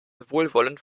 wohlwollend